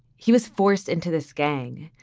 he was forced into this gang.